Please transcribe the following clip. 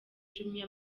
jumia